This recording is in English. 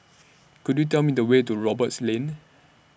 Could YOU Tell Me The Way to Roberts Lane